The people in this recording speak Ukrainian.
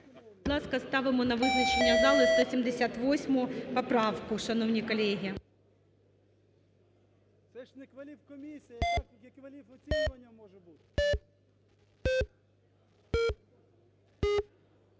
Будь ласка, ставимо на визначення залу 178 поправку, шановні колеги.